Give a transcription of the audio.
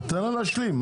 תן לה להשלים.